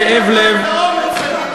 בכאב לב,